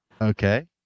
Okay